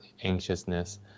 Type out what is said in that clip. anxiousness